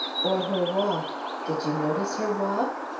or her walk did you notice her walk?